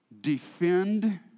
Defend